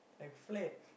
like flat